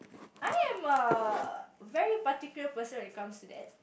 I am a very particular person when it comes to that